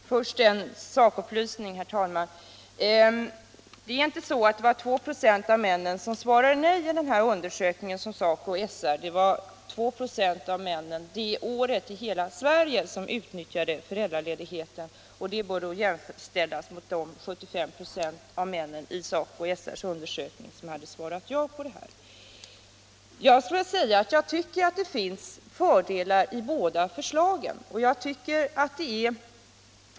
Ly maj 1972 Herr talman! Först en sakupplysning. Det var inte 2 96 av männen Föräldraförsäkringsom svarade nej på den undersökning som gjordes av SACO SR:s undersökning svarat ja. Jag tycker att det finns fördelar i båda förslagen.